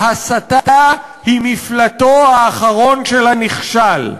ההסתה היא מפלטו האחרון של הנכשל.